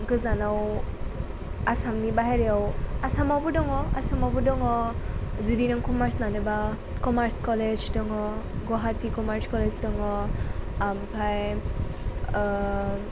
गोजानाव आसामनि बायहेरायाव आसामावबो दङ आसामावबो दङ जुदि नों कमार्स लानोब्ला कमार्स कलेज दङ गुवाहाटी कमार्स कलेज दङ ओमफ्राय